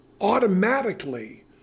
automatically